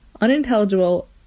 unintelligible